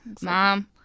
Mom